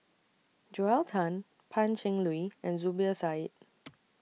Joel Tan Pan Cheng Lui and Zubir Said